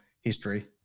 history